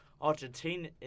Argentina